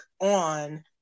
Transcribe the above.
on